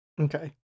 Okay